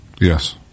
Yes